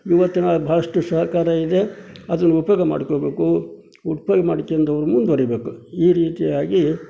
ಇವತ್ತು ನಾಳೆ ಭಾಳಷ್ಟು ಸಹಕಾರ ಇದೆ ಅದನ್ನು ಉಪಯೋಗ ಮಾಡ್ಕೊಬೇಕು ಉಪ್ಯೋಗ ಮಾಡ್ಕೊಂಡು ಮುಂದುವರೀಬೇಕು ಈ ರೀತಿಯಾಗಿ